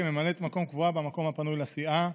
כממלאת מקום קבועה במקום הפנוי לסיעה.